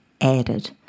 added